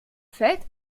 fällt